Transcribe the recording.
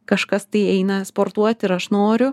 kažkas tai eina sportuoti ir aš noriu